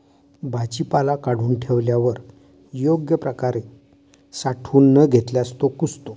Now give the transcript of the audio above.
भाजीपाला काढून ठेवल्यावर योग्य प्रकारे साठवून न घेतल्यास तो कुजतो